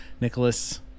Nicholas